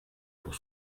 pour